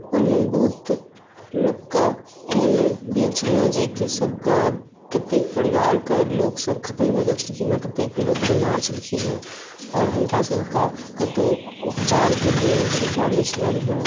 ओहिमे बहुत लोकके एहन एहन भेल छलै हेँ कि सभके कतेक परिवारके लोकसभ खतम भए गेल छलखिन हेँ कतेक लोक बीमार छलखिन हेँ आओर हुनकासभके कतहु उपचारके सुविधा नहि छलनि हेँ